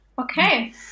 okay